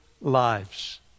lives